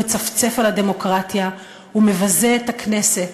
הוא מצפצף על הדמוקרטיה, הוא מבזה את הכנסת,